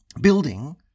Building